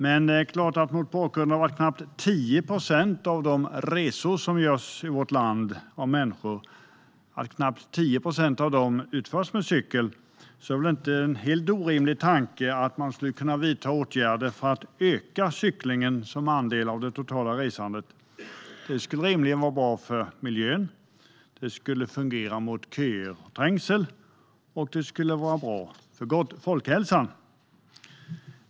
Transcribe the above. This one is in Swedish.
Mot bakgrund av att knappt 10 procent av de resor som görs av människor i vårt land utförs med cykel är det väl inte en helt orimlig tanke att man skulle kunna vidta åtgärder för att öka cyklingen som andel av det totala resandet. Det skulle rimligen vara bra för miljön, det skulle fungera mot köer och trängsel och det skulle vara bra för folkhälsan.